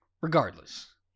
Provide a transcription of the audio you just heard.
regardless